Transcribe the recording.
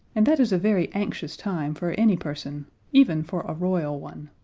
and that is a very anxious time for any person even for a royal one.